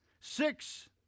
six